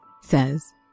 says